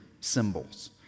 symbols